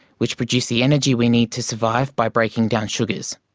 which produce the energy we need to survive by breaking down sugars.